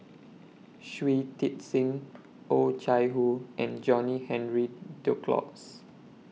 Shui Tit Sing Oh Chai Hoo and John Henry Duclos